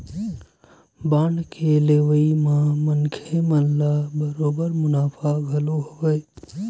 bond के लेवई म मनखे मन ल बरोबर मुनाफा घलो हवय